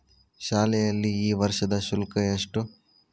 ಶಾಲೆಯಲ್ಲಿ ಈ ವರ್ಷದ ಶುಲ್ಕ ಎಷ್ಟು?